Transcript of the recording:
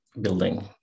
building